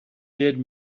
did